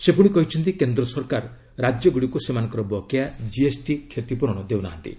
ସେ ପୁଣି କହିଛନ୍ତି କେନ୍ଦ୍ର ସରକାର ରାଜ୍ୟଗୁଡ଼ିକୁ ସେମାନଙ୍କର ବକେୟା କିଏସ୍ଟି କ୍ଷତିପୂରଣ ଦେଉନାହାନ୍ତି